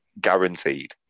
Guaranteed